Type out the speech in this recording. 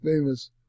famous